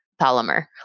polymer